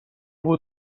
بود